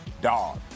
dog